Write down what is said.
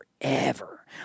forever